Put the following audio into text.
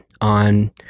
on